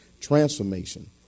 Transformation